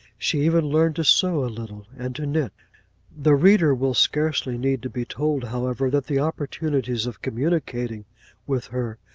she even learned to sew a little and to knit the reader will scarcely need to be told, however, that the opportunities of communicating with her,